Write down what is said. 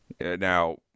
Now